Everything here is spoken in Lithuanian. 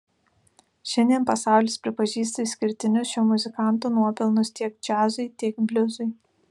šiandien pasaulis pripažįsta išskirtinius šio muzikanto nuopelnus tiek džiazui tiek bliuzui